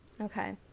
Okay